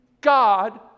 God